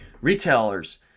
retailers